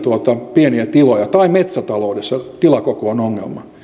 pieniä tiloja tai metsätaloudessa tilakoko on ongelma